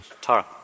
Tara